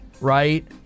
right